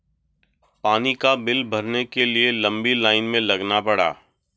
पानी का बिल भरने के लिए लंबी लाईन में लगना पड़ा